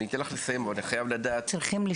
יש